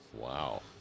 Wow